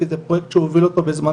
כי זה פרויקט שהוא הוביל אותו בזמנו,